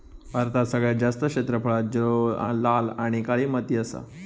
भारतात सगळ्यात जास्त क्षेत्रफळांत जलोळ, लाल आणि काळी माती असा